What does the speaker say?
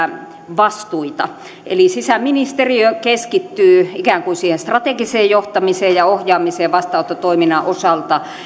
vastuita eli sisäministeriö keskittyy ikään kuin siihen strategiseen johtamiseen ja ohjaamiseen vastaanottotoiminnan osalta